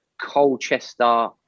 Colchester